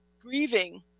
grieving